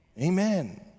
amen